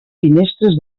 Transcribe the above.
finestres